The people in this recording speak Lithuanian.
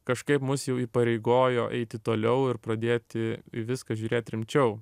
kažkaip mus jau įpareigojo eiti toliau ir pradėti į viską žiūrėt rimčiau